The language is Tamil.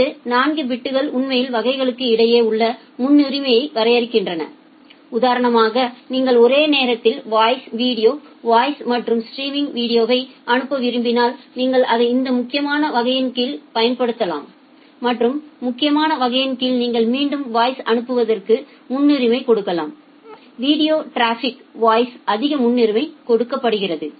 அடுத்த 4 பிட்கள் உண்மையில் வகைகளுக்கு இடையே உள்ள முன்னுரிமையை வரையறுக்கின்றன உதாரணமாக நீங்கள் ஒரே நேரத்தில் வாய்ஸ் வீடியோ வாய்ஸ் மற்றும் ஸ்ட்ரீமிங் வீடியோவை அனுப்ப விரும்பினால் நீங்கள் இதை இந்த முக்கியமான வகையின் கீழ் பயன்படுத்தலாம் மற்றும் முக்கியமான வகையின் கீழ் நீங்கள் மீண்டும் ஒரு வாய்ஸ் அனுப்புவதற்கு முன்னுரிமை கொடுக்கலாம் வீடியோ ட்ராஃபிக்கில் வாய்ஸ்க்கு அதிக முன்னுரிமை கொடுக்கப்படுகிறது